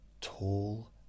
tall